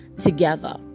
together